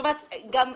נכון.